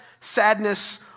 sadness